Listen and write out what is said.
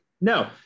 no